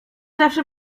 zawsze